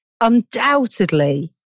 undoubtedly